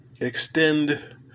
extend